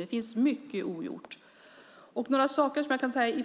Det finns mycket ogjort. Finansministern talar i svaret om